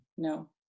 No